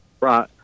Right